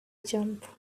jump